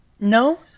no